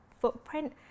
footprint